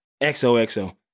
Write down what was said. XOXO